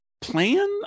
Plan